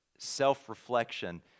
Self-reflection